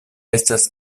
estas